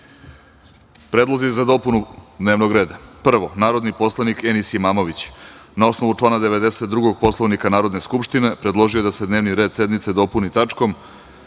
predlogu za spajanje rasprave. Narodni poslanik Enis Imamović na osnovu člana 92. Poslovnika Narodne skupštine predložio je da se dnevni red sednice dopuni tačkom